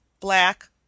black